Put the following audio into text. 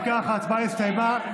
אם כך, ההצבעה הסתיימה.